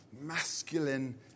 masculine